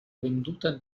venduta